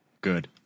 Good